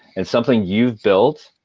it's something you've built,